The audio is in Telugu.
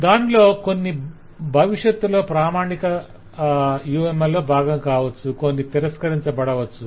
దానిలో కొన్ని భవిష్యత్తులో ప్రామాణిక UML లో బాగం కావచ్చు కొన్ని తిరస్కరించబడవచ్చు